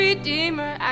Redeemer